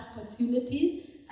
opportunity